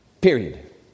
period